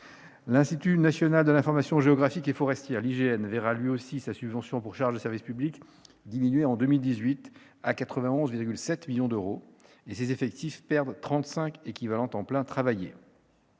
L'Institut national de l'information géographique et forestière, l'IGN, verra lui aussi sa subvention pour charges de service public diminuer en 2018, à 91,7 millions d'euros, et ses effectifs perdre 35 ETPT. Mais alors